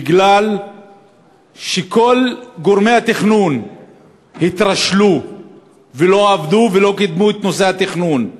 כי כל גורמי התכנון התרשלו ולא עבדו ולא קידמו את נושא התכנון.